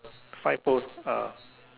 side pose uh